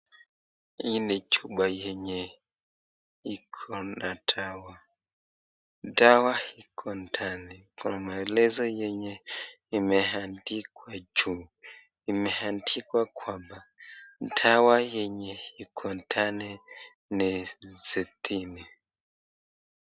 Hii ni chupa yenye iko na dawa, dawa iko ndani, kuna maelezo yenye imeandikwa juu, imeandikwa kwamba dawa yenye iko ndani ni sitini.